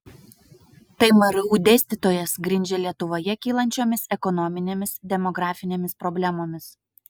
tai mru dėstytojas grindžia lietuvoje kylančiomis ekonominėmis demografinėmis problemomis